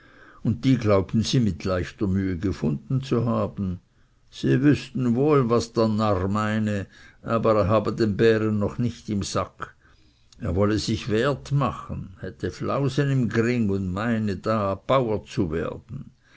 und die glaubten sie mit leichter mühe gebunden zu haben sie wüßten wohl was der narr meine aber er habe den bären noch nicht im sack er wolle sich wert machen hätte flausen im gring und meine da bauer zu werden